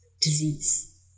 disease